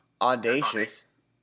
audacious